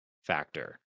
factor